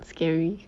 scary